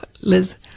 Liz